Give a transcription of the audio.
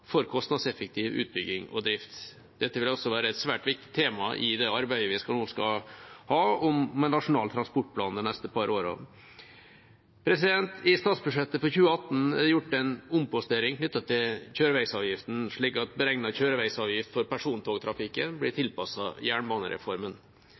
for kostnadseffektiv utbygging og drift. Dette vil også være et svært viktig tema i det arbeidet vi nå skal ha med Nasjonal transportplan de neste par årene. I statsbudsjettet for 2018 er det gjort en ompostering knyttet til kjøreveisavgiften, slik at beregnet kjøreveisavgift for persontogtrafikken blir